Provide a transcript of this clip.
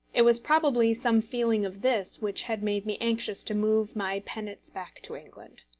it was probably some feeling of this which had made me anxious to move my penates back to england.